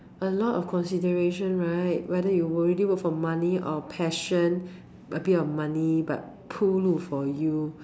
a lot of consideration right whether you really work for money or passion a bit of money but 铺路 for you